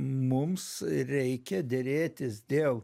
mums reikia derėtis dėl